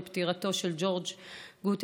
עם פטירתו של ג'ורג' גוטלמן,